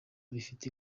bifite